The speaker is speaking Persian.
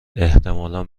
احتمال